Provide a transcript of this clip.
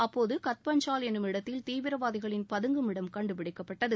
அப்போது கத் பஞ்சால் என்னும் இடத்தில் தீவிரவாதிகளின் பதுங்கும் இடம் கண்டுபிடிக்கப்பட்டது